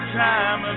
time